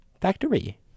factory